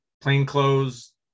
plainclothes